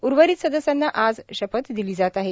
उर्वरित सदस्यांना आज शपथ दिली जात आहे